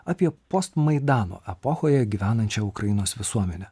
apie postmaidano epochoje gyvenančią ukrainos visuomenę